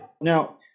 Now